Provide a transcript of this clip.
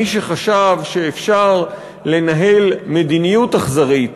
מי שחשב שאפשר לנהל מדיניות אכזרית